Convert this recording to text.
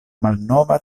malnova